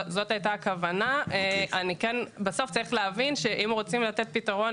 אם רוצים לתת פתרון